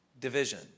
division